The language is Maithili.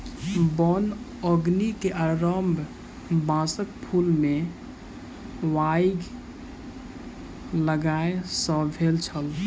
वन अग्नि के आरम्भ बांसक फूल मे आइग लागय सॅ भेल छल